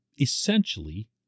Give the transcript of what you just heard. essentially